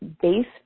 base